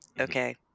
Okay